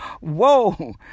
whoa